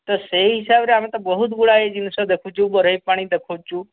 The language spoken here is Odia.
ତ ସେହି ହିସାବରେ ଆମେ ତ ବହୁତ ଗୁଡ଼ାଏ ଜିନିଷ ଦେଖୁଛୁ ବରେହି ପାଣି ଦେଖୁଛୁ